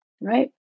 right